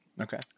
Okay